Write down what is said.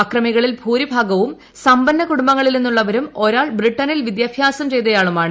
അക്രമികളിൽ ഭൂരിഭാഗവും സമ്പന്ന കുടുംബങ്ങളിൽ നിന്നുള്ളവരും ഒരാൾ ബ്രിട്ടനിൽ വിദ്യാഭ്യാസം ചെയ്തയാളുമാണ്